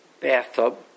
Bathtub